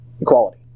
equality